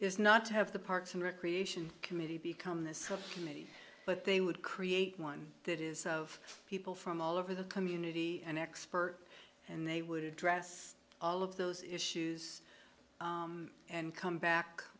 is not to have the parks and recreation committee become the source community but they would create one that is of people from all over the community an expert and they would address all of those issues and come back